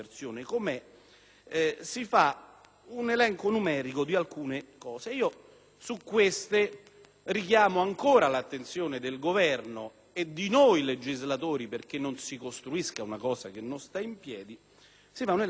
si fa un elenco numerico di alcuni elementi (su ciò richiamo ancora l'attenzione del Governo e di noi legislatori perché non si costruisca una cosa che non sta in piedi)